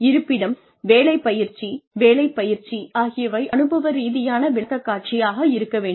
இருப்பிடம் வேலை பயிற்சி வேலை பயிற்சி ஆகியவை அனுபவ ரீதியான விளக்க காட்சியாக இருக்க வேண்டும்